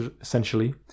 essentially